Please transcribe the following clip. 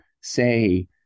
say